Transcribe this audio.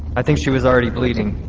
i think she was already bleeding.